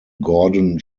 gordon